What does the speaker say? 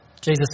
Jesus